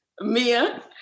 Mia